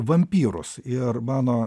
vampyrus ir mano